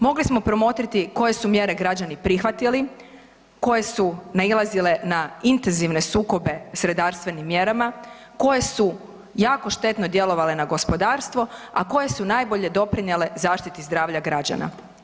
Mogli smo promotriti koje su mjere građani prihvatili, koje su nailazile na intenzivne sukobe s redarstvenim mjerama, koje su jako štetno djelovale na gospodarstvo, a koje su najbolje doprinijele zaštiti zdravlja građana.